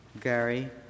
Gary